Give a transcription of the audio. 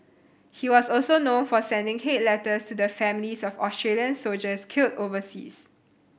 he was also known for sending hate letters to the families of Australian soldiers killed overseas